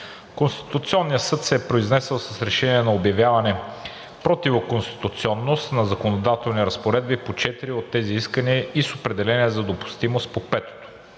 Конституционният съд се е произнесъл с решение за обявяване противоконституционност на законодателни разпоредби по четири от тези искания и с определение за допустимост по петото